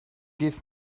give